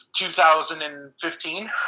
2015